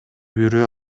бирөө